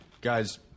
guys